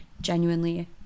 genuinely